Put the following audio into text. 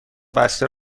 بسته